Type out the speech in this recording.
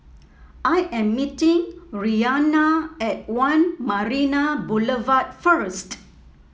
I am meeting Rianna at One Marina Boulevard first